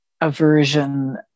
aversion